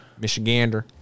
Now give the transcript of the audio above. michigander